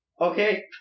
okay